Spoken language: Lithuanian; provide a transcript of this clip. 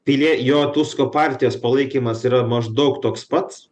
pilie jo tusko partijos palaikymas yra maždaug toks pats